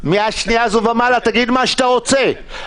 משה, אתה עם תפיסת עולם לא נכונה.